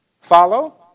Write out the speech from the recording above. Follow